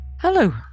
Hello